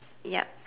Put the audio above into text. yup